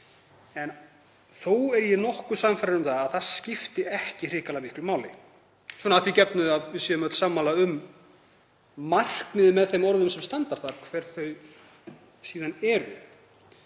en þó er ég nokkuð sannfærður um að það skipti ekki hrikalega miklu máli að því gefnu að við séum öll sammála um markmiðið með þeim orðum sem standa þar, hver svo sem þau eru.